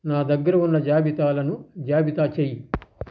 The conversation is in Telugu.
నా దగ్గర ఉన్న జాబితాలను జాబితా చెయ్యి